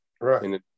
right